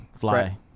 fly